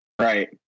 Right